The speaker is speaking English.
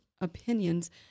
opinions